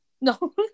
No